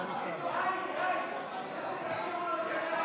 יעלה ויבוא השר